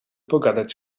pogadać